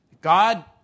God